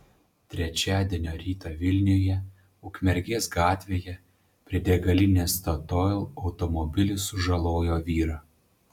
trečiadienio rytą vilniuje ukmergės gatvėje prie degalinės statoil automobilis sužalojo vyrą